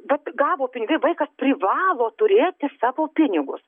vat gavo pinigai vaikas privalo turėti savo pinigus